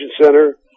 Center